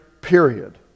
period